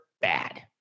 bad